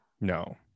No